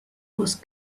was